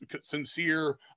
Sincere